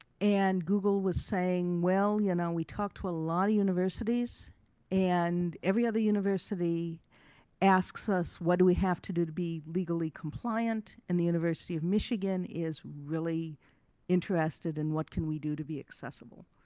and google was saying well you know we talked to a lot of universities and every other university asks us what do we have to do be legally compliant, and the university of michigan is really interested in what can we do to be accessible.